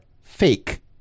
fake